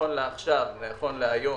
נכון להיום